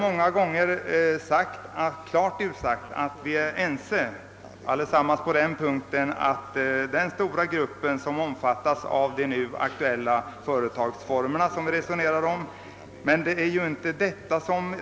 Många gånger har det också klart utsagts, att vi allesammans är ense beträffande den stora grupp som de nu diskuterade företagsformerna utgör.